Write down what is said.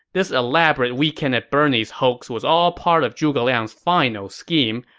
this elaborate weekend at bernie's hoax was all part of zhuge liang's final scheme,